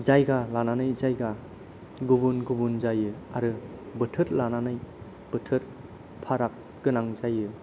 जायगा लानानै जायगा गुबुन गुबुन जायो आरो बोथोर लानानै बोथोर फाराग गोनां जायो